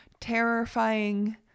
terrifying